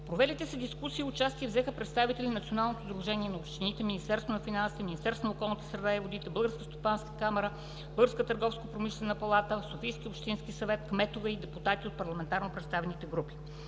провелите се дискусии участие взеха представители на Националното сдружение на общините, Министерството на финансите, Министерството на околната среда и водите, Българската стопанска камара, Българската търговско-промишлена палата, Софийския общински съвет, кметове и депутати от парламентарно представените групи.